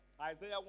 Isaiah